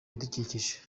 bidukikije